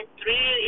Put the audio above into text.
three